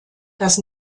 das